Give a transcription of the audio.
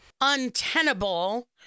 untenable